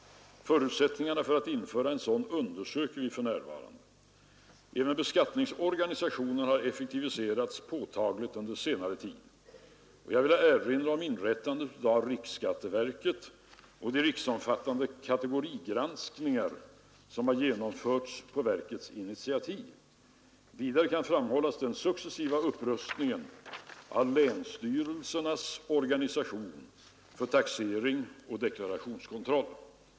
Förutsättningarna för att införa en sådan undersöks för närvarande. Även beskattningsorganisationen har effektiviserats påtagligt under senare tid. Jag vill erinra om inrättandet av riksskatteverket och om de riksomfattande kategorigranskningar som genomförs på verkets initiativ. Vidare kan framhållas den successiva upprustningen av länsstyrelsernas organisation för taxering och deklarationskontroll.